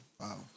Wow